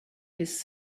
his